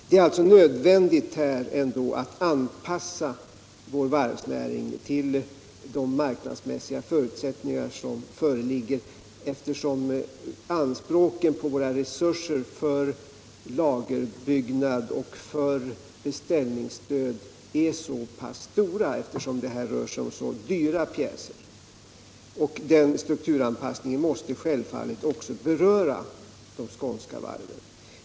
Det är alltså nödvändigt att anpassa vår varvsnäring till de marknadsmässiga förutsättningar som föreligger, eftersom anspråken på våra resurser för lagerbyggnad och för beställningsstöd är stora på grund av att det rör sig om så dyra pjäser. Den strukturanpassningen måste självfallet också beröra de skånska varven.